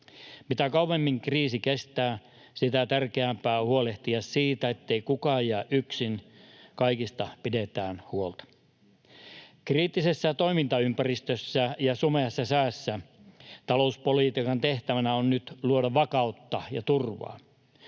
Mitä kauemmin kriisi kestää, sitä tärkeämpää on huolehtia siitä, ettei kukaan jää yksin, kaikista pidetään huolta. Kriittisessä toimintaympäristössä ja sumeassa säässä talouspolitiikan tehtävänä on nyt luoda vakautta ja turvaa.